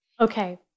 Okay